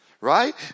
right